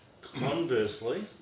conversely